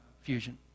fusion